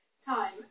Time